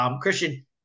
Christian